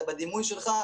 בדימוי שלך,